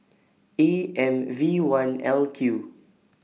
A M V one L Q